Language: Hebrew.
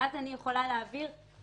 ואז אני יכולה להעביר את